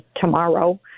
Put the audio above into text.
tomorrow